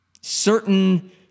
certain